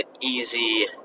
easy